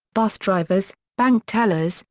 bus drivers, bank tellers,